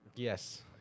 Yes